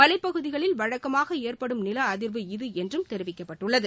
மலைப்பகுதிகளில் வழக்கமாக ஏற்படும் நில அதிர்வு இது என்றும் தெரிவிக்கப்பட்டுள்ளது